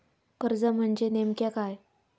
कर्ज म्हणजे नेमक्या काय?